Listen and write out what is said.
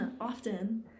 often